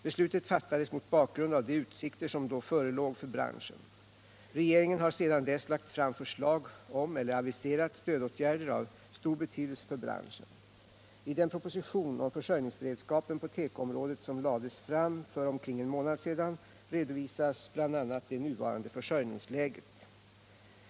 Beslutet fattades mot bakgrund av de utsikter som då förelåg för branschen. Regeringen har sedan dess lagt fram förslag om eller aviserat stödåtgärder av stor betydelse för branschen. I den proposition om försörjningsberedskapen på tekoområdet som lades fram för omkring en månad sedan redovisas bl.a. det nuvarande försörjningsläget.